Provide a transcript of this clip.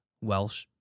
Welsh